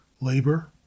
labor